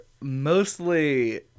mostly